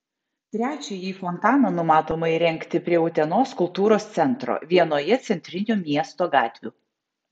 trečiąjį fontaną numatoma įrengti prie utenos kultūros centro vienoje centrinių miesto gatvių